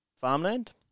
farmland